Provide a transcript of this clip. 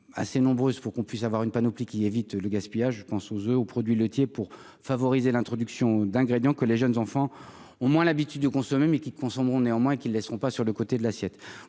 assez nombreuses pour qu'on puisse avoir une panoplie qui évite le gaspillage, je pense aux aux produits laitiers pour favoriser l'introduction d'ingrédients que les jeunes enfants ont moins l'habitude de consommer mais qui consommeront néanmoins qu'ils laisseront pas sur le côté de l'assiette,